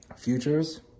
futures